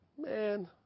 Man